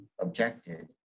objected